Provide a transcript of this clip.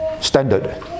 standard